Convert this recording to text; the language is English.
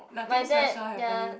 nothing special happening